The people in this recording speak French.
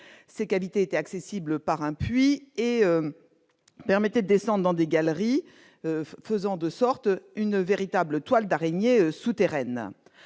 Ces cavités étaient accessibles par un puits, qui permettait de descendre dans des galeries, créant une véritable toile d'araignée souterraine.